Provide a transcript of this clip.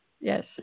Yes